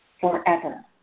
forever